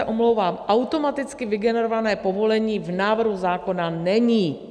Já se omlouvám, automaticky vygenerované povolení v návrhu zákona není!